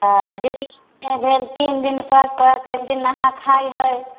आ जितियामे भेल तीन दिन पर्व पड़त एक दिन नहा खाइ है